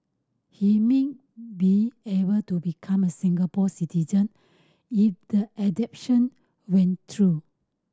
he mean be able to become a Singapore citizen if the adoption went through